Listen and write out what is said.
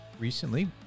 recently